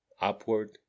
Upward